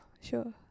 sure